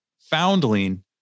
foundling